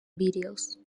videos